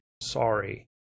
sorry